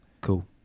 Cool